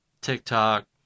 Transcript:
TikTok